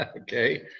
Okay